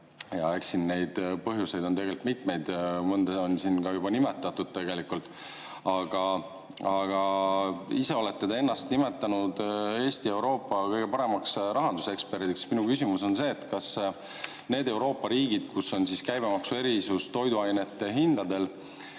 Eks neid põhjuseid on mitmeid. Mõnda on siin juba nimetatud. Ise olete te ennast nimetanud Eesti ja Euroopa kõige paremaks rahanduseksperdiks. Minu küsimus on see: kas need Euroopa riigid, kus on käibemaksuerisus toiduainete hindadele,